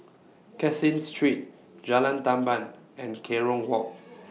Caseen Street Jalan Tamban and Kerong Walk